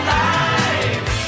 life